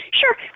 Sure